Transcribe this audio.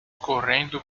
correndo